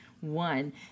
one